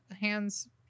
hands